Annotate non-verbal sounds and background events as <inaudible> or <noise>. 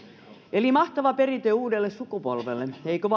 eli mahtava perintö uudelle sukupolvelle eikö <unintelligible>